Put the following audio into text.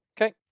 Okay